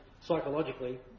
psychologically